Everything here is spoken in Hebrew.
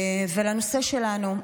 לנושא שלנו.